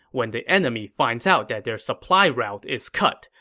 when the enemy finds out that their supply route is cut,